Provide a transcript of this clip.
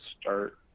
start